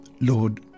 Lord